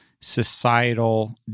societal